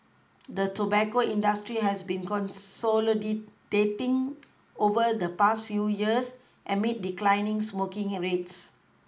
the tobacco industry has been consolidating over the past few years amid declining smoking rates